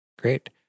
Great